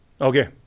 okay